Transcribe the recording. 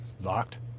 Locked